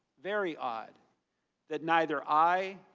very odd that neither i,